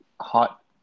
hot